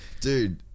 Dude